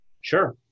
Sure